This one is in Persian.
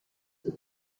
جون